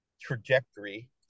trajectory